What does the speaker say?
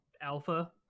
alpha